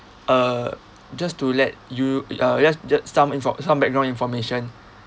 uh just to let you uh just ju~ some info~ some background information